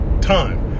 time